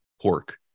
pork